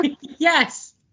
Yes